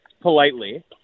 politely